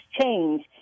change